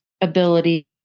ability